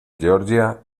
georgia